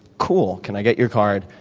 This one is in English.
cool, can i get your card?